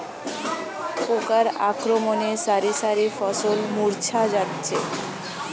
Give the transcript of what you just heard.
পোকার আক্রমণে শারি শারি ফসল মূর্ছা যাচ্ছে